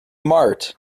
marthe